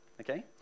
okay